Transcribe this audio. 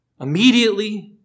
immediately